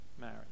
married